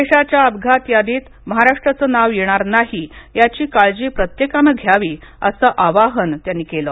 देशाच्या अपघात यादीत महाराष्ट्राचं नाव येणार नाही याची काळजी प्रत्येकानं घ्यावी असं आवाहन त्यांनी केलं